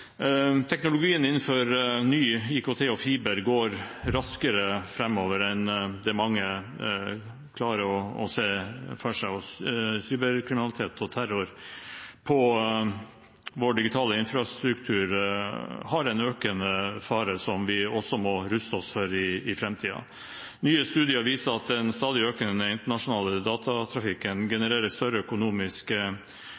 Teknologien innenfor ny IKT og fiber går raskere framover enn mange klarer å se for seg. Cyberkriminalitet og terror på vår digitale infrastruktur er en økende fare, som vi også må ruste oss for i fremtiden. Nye studier viser at den stadig økende internasjonale datatrafikken